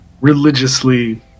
religiously